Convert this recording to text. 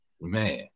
man